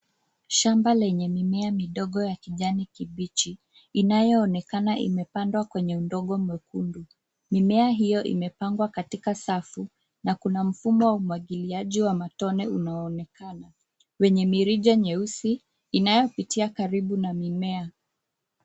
Shamba lenye mimea midogo ya kijani kibichi inayoonekana imepandwa kwenye udongo mwekundu. Mimea hiyo imepangwa katika safu na kuna mfumo wa umwagiliaji wa matone unaoonekana wenye mirija meusi inayopitia karibu na mimea.